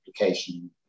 application